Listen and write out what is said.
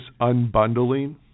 unbundling